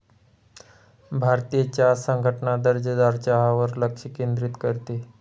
भारतीय चहा संघटना दर्जेदार चहावर लक्ष केंद्रित करते